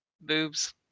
boobs